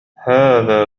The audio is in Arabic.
هذا